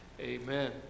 Amen